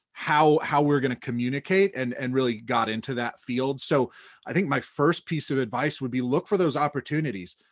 how how we're gonna communicate and and really got into that field. so i think my first piece of advice would be look for those opportunities.